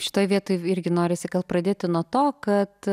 šitoj vietoj irgi norisi gal pradėti nuo to kad